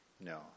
No